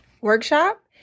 workshop